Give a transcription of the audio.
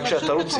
בבקשה, תרוצי.